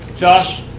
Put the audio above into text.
josh,